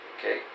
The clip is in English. Okay